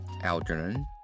Algernon